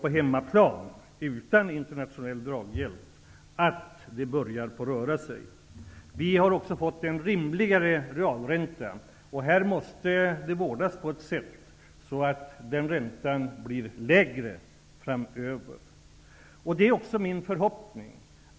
På hemmaplan, utan internationell draghjälp, börjar det nu att röra på sig. Vi har också fått en rimligare realränta. Här måste det vårdas på ett sådant sätt att räntan blir lägre framöver. Det är också min förhoppning